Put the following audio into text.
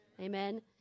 Amen